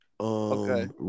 okay